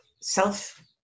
self